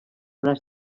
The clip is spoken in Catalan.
braç